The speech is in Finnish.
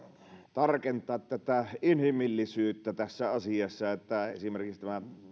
tarkentaa tätä inhimillisyyttä tässä asiassa esimerkiksi tässä